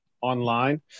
online